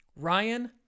Ryan